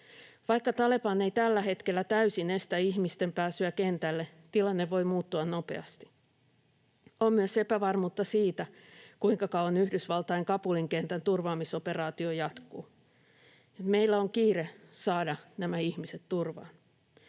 Vaikka Taleban ei tällä hetkellä täysin estä ihmisten pääsyä kentälle, tilanne voi muuttua nopeasti. On myös epävarmuutta siitä, kuinka kauan Yhdysvaltain Kabulin kentän turvaamisoperaatio jatkuu. Meillä on kiire saada nämä ihmiset turvaan.